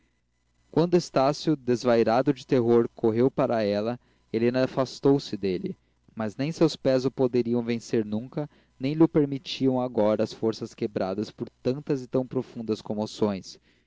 coberto quando estácio desvairado de terror correu para ela helena afastou-se dele mas nem seus pés o poderiam vencer nunca nem lho permitiam agora as forças quebradas por tantas e tão profundas comoções